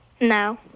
No